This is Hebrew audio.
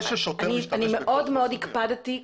אני מאוד מאוד הקפדתי.